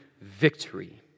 victory